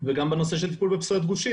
וגם בנושא של טיפול בפסולת גושית.